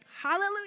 Hallelujah